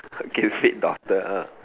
okay fate doctor